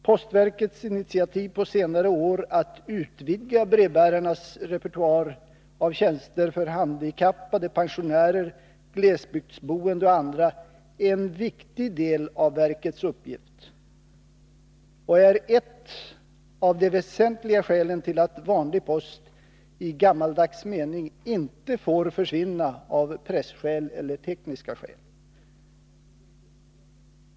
Postverkets initiativ på senare år att utvidga brevbärarnas repertoar av tjänster för handikappade, pensionärer, glesbygdsboende och andra är en viktig del av verkets uppgift och utgör ett av de väsentliga skälen till att vanlig post i gammaldags mening inte får försvinna av presskäl eller tekniska skäl.